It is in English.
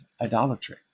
idolatry